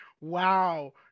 Wow